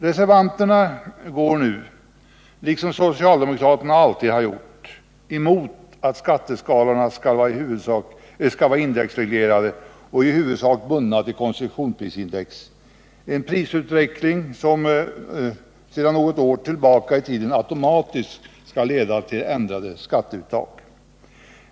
Reservanterna går nu, liksom socialdemokraterna alltid har gjort, mot att skatteskalorna skall vara indexreglerade och i huvudsak bundna till konsumentprisindex och att prisutvecklingen sedan något år tillbaka i tiden automatiskt skall leda till ändrat skatteuttag.